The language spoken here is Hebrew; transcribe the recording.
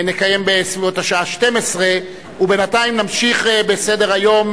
נקיים בסביבות השעה 12:00. בינתיים נמשיך בסדר-היום,